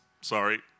Sorry